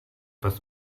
pes